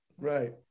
Right